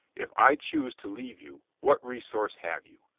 if i choose to leave you, what resource have you?